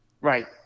Right